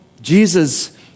Jesus